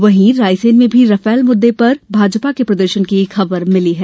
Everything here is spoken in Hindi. वहीं रायसेन में भी राफेल मुददें पर भाजपा के प्रदर्शन की खबर मिली है